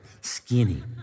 skinny